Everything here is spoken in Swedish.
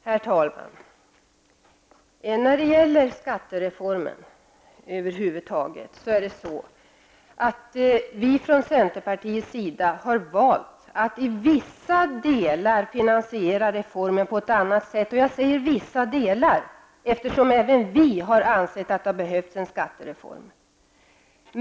Herr talman! När det gäller skattereformen har vi från centerpartiet valt att till vissa delar finansiera reformen på ett annat sätt. Jag vill poängtera vissa delar, eftersom även vi anser att det behövs en skattereform.